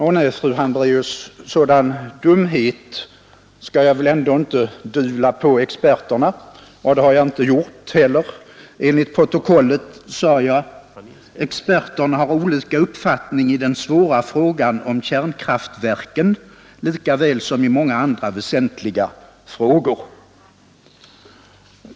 Ånej, fru Hambraeus, sådan dumhet skulle jag väl ändå inte dyvla på experterna, och det har jag inte gjort heller. Enligt protokollet sade jag att experterna ”har olika uppfattning i den svåra frågan om kärnkraftverken, lika väl som i många andra väsentliga frågor”.